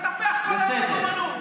אתה מטפח כל היום את המיומנות,